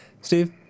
Steve